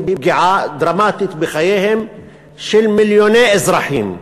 פגיעה דרמטית בחייהם של מיליוני אזרחים.